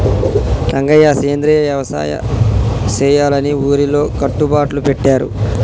రంగయ్య సెంద్రియ యవసాయ సెయ్యాలని ఊరిలో కట్టుబట్లు పెట్టారు